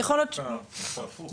זה הפוך.